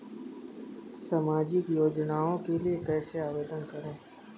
सामाजिक योजना के लिए कैसे आवेदन करें?